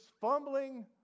fumbling